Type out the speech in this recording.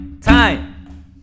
time